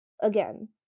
again